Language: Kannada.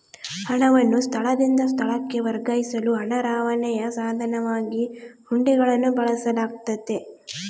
ಹಣವನ್ನು ಸ್ಥಳದಿಂದ ಸ್ಥಳಕ್ಕೆ ವರ್ಗಾಯಿಸಲು ಹಣ ರವಾನೆಯ ಸಾಧನವಾಗಿ ಹುಂಡಿಗಳನ್ನು ಬಳಸಲಾಗ್ತತೆ